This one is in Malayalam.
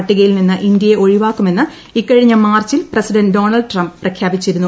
പി പട്ടികയിൽനിന്ന് ഇന്തൃയെ ഒഴിവാക്കുമെന്നു ഇക്കഴിഞ്ഞ മാർച്ചിൽ പ്രസിഡന്റ് ഡൊണാൾഡ് ട്രംപ് പ്രഖ്യാപിച്ചിരുന്നു